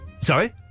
Sorry